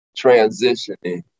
transitioning